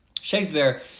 Shakespeare